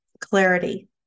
clarity